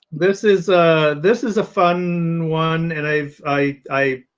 this is a this is a fun one. and i've i